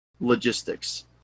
logistics